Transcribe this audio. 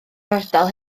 ardal